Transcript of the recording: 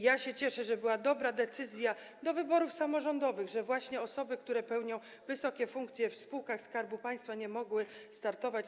Ja się cieszę, że była ta dobra decyzja co do wyborów samorządowych, i osoby, które pełnią wysokie funkcje w spółkach Skarbu Państwa, nie mogły startować.